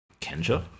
Kenja